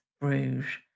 Bruges